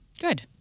good